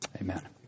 Amen